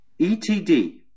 ETD